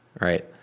right